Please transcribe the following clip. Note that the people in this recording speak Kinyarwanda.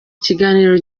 kiganiro